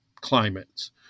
climates